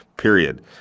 Period